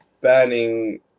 banning